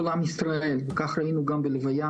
כל עם ישראל, וכך היינו גם בהלוויה,